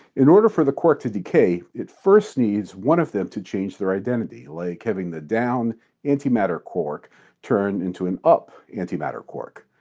in order for the quark to decay, it first needs one of them to change their identity, like having the down antimatter quark turn into an up antimatter quark.